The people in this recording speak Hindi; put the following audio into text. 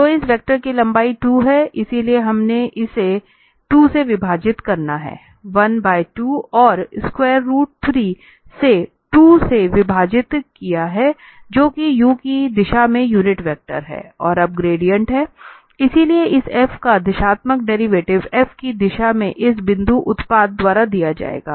तो इस वेक्टर की लंबाई 2 है इसलिए हमने इसे 2 से विभाजित करना है1 बाय 2 और स्क्वायर रूट 3 से 2 से विभाजित किया है जो कि u की दिशा में यूनिट वेक्टर है और अब ग्रेडिएंट है इसलिए इस f का दिशात्मक डेरिवेटिव b की दिशा में इस बिंदु उत्पाद द्वारा दिया जाएगा